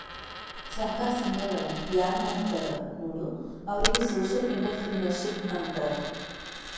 ಸಹಕಾರ ಸಂಘಗಳ ಯಾರ್ ಮಾಡ್ತಾರ ನೋಡು ಅವ್ರಿಗೆ ಸೋಶಿಯಲ್ ಇಂಟ್ರಪ್ರಿನರ್ಶಿಪ್ ಅಂತಾರ್